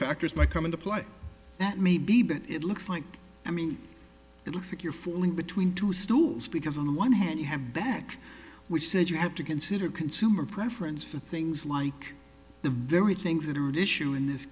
factors might come into play that may be but it looks like i mean it looks like you're fooling between two stools because on one hand you have back which said you have to consider consumer preference for things like the very things that are an issue in this